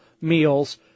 meals